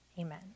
Amen